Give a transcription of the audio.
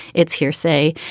it's hearsay.